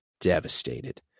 devastated